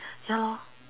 ya lor